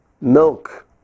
milk